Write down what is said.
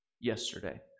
yesterday